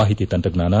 ಮಾಹಿತಿ ತಂತ್ರಜ್ಞಾನ